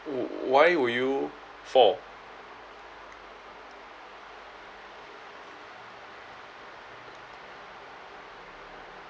why were you fall